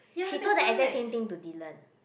she told the exact same thing to dylan